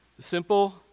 simple